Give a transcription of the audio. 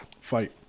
Fight